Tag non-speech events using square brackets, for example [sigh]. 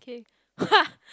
okay [laughs]